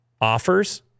offers